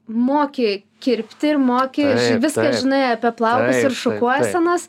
moki kirpti ir moki viską žinai apie plaukus ir šukuosenas